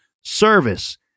service